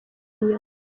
inyuma